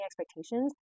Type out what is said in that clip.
expectations